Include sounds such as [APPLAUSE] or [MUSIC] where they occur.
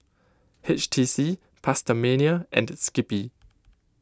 H T C PastaMania and Skippy [NOISE]